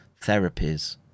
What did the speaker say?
therapies